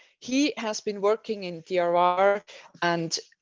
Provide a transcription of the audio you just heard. he has been working in diora and